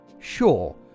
Sure